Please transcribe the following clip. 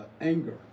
anger